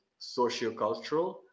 sociocultural